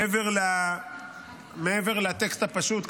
מעבר לטקסט הפשוט,